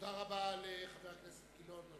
תודה רבה לחבר הכנסת גילאון.